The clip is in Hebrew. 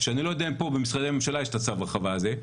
אני לא יודע אם פה במשרדי הממשלה יש את צו ההרחבה הזה,